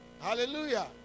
Hallelujah